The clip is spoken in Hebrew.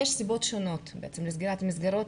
יש סיבות שונות לסגירת המסגרות,